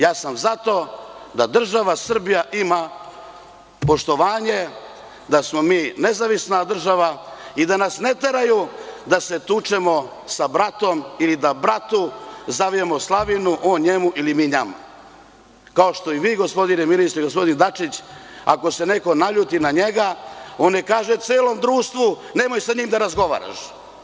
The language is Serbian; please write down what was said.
Ja sam za to da država Srbija ima poštovanje da smo mi nezavisna država i da nas ne teraju da se tučemo sa bratom ili da bratu zavijamo slavinu, on njemu ili mi nama, kao što i vi gospodine ministre i gospodin Dačić ako se neko naljuti na njega on ne kaže celom društvu nemoj sa njim da razgovaraš.